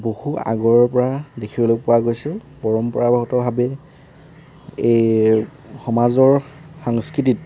বহু আগৰে পৰা দেখিবলৈ পোৱা গৈছে পৰম্পৰাগতভাৱে এই সমাজৰ সংস্কৃতিত